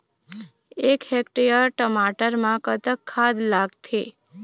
एक हेक्टेयर टमाटर म कतक खाद लागथे?